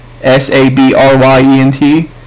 s-a-b-r-y-e-n-t